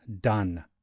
done